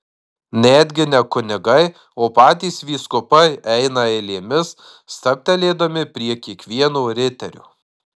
netgi ne kunigai o patys vyskupai eina eilėmis stabtelėdami prie kiekvieno riterio